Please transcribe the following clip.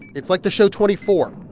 it's like the show twenty four,